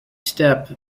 step